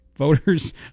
Voters